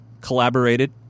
collaborated